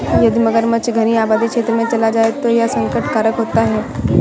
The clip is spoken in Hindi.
यदि मगरमच्छ घनी आबादी क्षेत्र में चला जाए तो यह संकट कारक होता है